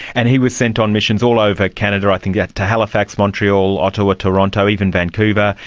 and he was sent on missions all over canada i think, yeah to halifax, montreal, ottawa, toronto, even vancouver.